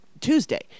Tuesday